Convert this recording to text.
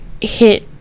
hit